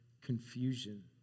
confusion